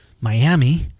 Miami